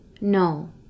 no